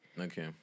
Okay